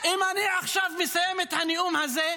אם אני עכשיו מסיים את הנאום הזה,